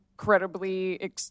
incredibly